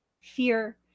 fear